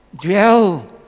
dwell